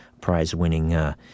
Prize-winning